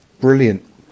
brilliant